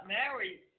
married